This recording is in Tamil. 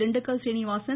திண்டுக்கல் சீனிவாசன்